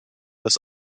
das